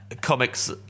comics